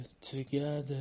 together